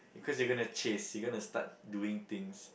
cause you gonna chase you gonna to start doing things